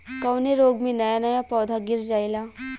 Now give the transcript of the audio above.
कवने रोग में नया नया पौधा गिर जयेला?